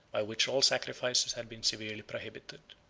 by which all sacrifices had been severely prohibited.